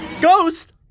Ghost